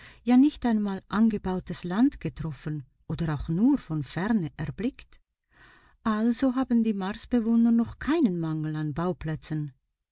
ja nicht einmal angebautes land getroffen oder auch nur von ferne erblickt also haben die marsbewohner noch keinen mangel an bauplätzen